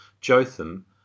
Jotham